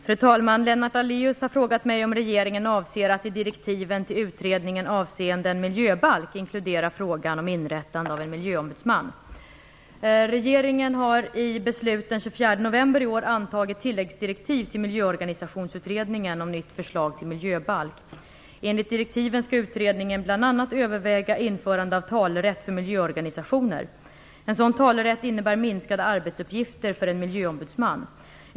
Fru talman! Lennart Daléus har frågat mig om regeringen avser att i direktiven till utredningen avseende en miljöbalk inkludera frågan om inrättande av en miljöombudsman. Regeringen har i beslut den 24 november i år antagit tilläggsdirektiv till Miljöorganisationsutredningen om nytt förslag till miljöbalk. Enligt direktiven skall utredningen bl.a. överväga införande av talerätt för miljöorganisationer. En sådan talerätt innebär minskade arbetsuppgifter för en miljöombudsman.